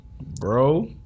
Bro